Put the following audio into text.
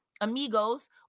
amigos